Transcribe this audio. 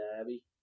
abby